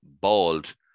bald